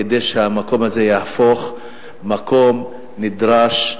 כדי שהמקום הזה יהפוך מקום נדרש,